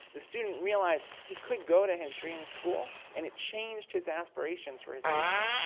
the student realized he could go to his dream school and it changed his aspirations for his future.